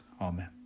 Amen